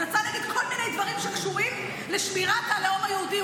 הוא יצא נגד כל מיני דברים שקשורים לשמירת הלאום היהודי.